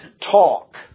talk